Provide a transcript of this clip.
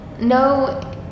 no